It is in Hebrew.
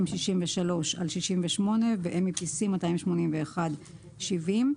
(68)263.Mepc ו-(70)271Mepc.